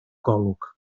golwg